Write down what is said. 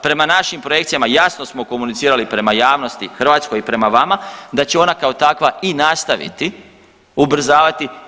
Prama našim projekcijama jasno smo komunicirali prema javnosti hrvatskoj i prema vama da će ona kao takva i nastaviti ubrzavati.